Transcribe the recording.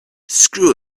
screw